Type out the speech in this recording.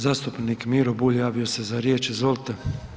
Zastupnik Miro Bulj javio se za riječ, izvolte.